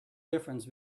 difference